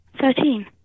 Thirteen